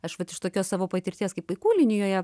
aš vat iš tokios savo patirties kaip vaikų linijoje